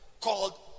called